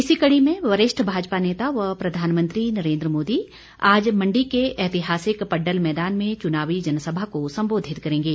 इसी कड़ी में वरिष्ठ भाजपा नेता व प्रधानमंत्री नरेन्द्र मोदी आज मंडी के ऐतिहासिक पड्डल मैदान में चुनावी जनसभा को संबोधित करेंगे